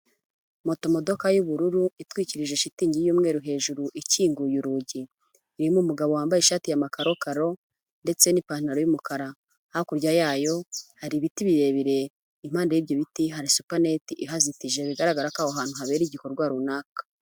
Moto modoka y'ubururu itwikirije shitingi y'umweru hejuru ikinguye urugi. Irimo umugabo wambaye ishati ya makarokaro ndetse n'ipantaro y'umukara. Hakurya yayo hari ibiti birebire, impande y'ibyo biti hari supanete ihazitije bigaragara ko aho ahantu habera igikorwa runaka.